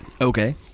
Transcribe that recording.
Okay